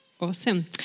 Awesome